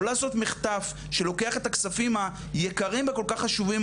לא לעשות מחטף שלוקח את הכספים היקרים וכל כך חשובים